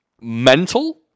mental